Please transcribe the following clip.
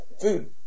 food